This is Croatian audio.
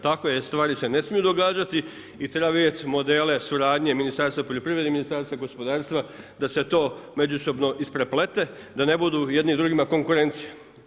Takve stvari se ne smiju događati i treba vidjeti modele suradnje Ministarstva poljoprivrede i Ministarstva gospodarstva da se to međusobno ispreplete, da ne budu jedni drugima konkurencija.